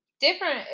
different